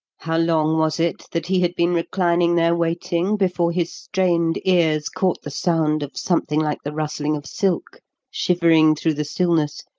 how long was it that he had been reclining there waiting before his strained ears caught the sound of something like the rustling of silk shivering through the stillness,